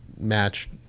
match